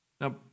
Now